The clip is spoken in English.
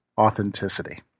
authenticity